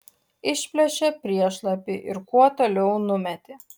išplėšė priešlapį ir kuo toliau numetė